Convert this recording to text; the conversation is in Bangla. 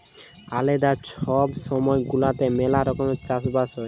আলেদা ছব ছময় গুলাতে ম্যালা রকমের চাষ বাস হ্যয়